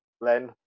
Len